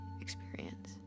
experience